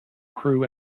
crew